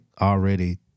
already